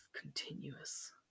continuous